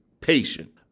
patient